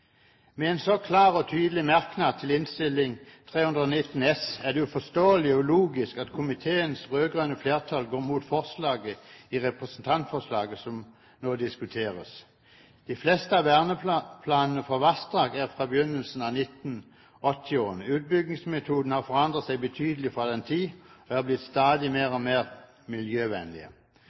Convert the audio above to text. Med en så klar og tydelig merknad til Innst. 319 S er det uforståelig og ulogisk at komiteens rød-grønne flertall går imot forslaget i representantforslaget som nå diskuteres. De fleste av verneplanene for vassdrag er fra begynnelsen av 1980-årene. Utbyggingsmetodene har forandret seg betydelig fra den tid og er blitt stadig mer